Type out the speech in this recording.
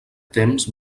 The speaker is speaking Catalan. temps